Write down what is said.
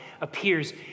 appears